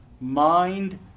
Mind